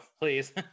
please